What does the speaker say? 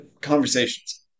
conversations